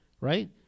right